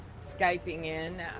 skipping in.